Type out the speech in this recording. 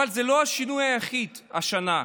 אבל זה לא השינוי היחיד השנה.